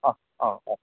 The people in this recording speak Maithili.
हँ हँ हँ हँ